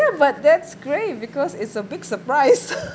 ya but that's great because it's a big surprise